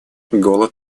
голод